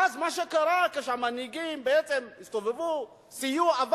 ואז מה שקרה זה שהמנהיגים בעצם הסתובבו וסייעו.